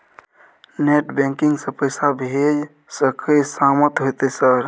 Net banking से पैसा भेज सके सामत होते सर?